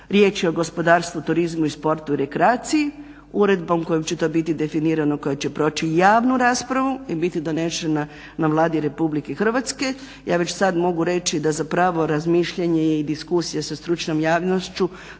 Riječ je o gospodarstvu, turizmu i sportu i rekreaciji. Uredbom kojom će to biti definirano koja će proći javnu raspravu i biti donešena na Vladi Republike Hrvatske. Ja već sada mogu reći da za pravo razmišljanje je i diskusija sa stručnom javnošću